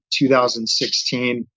2016